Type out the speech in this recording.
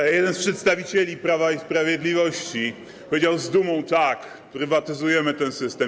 Jeden z przedstawicieli Prawa i Sprawiedliwości powiedział z dumą: prywatyzujemy ten system.